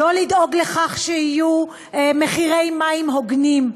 לא לדאוג לכך שיהיו מחירי מים הוגנים.